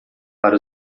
para